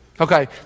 Okay